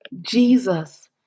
Jesus